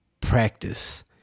practice